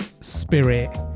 spirit